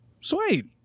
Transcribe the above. sweet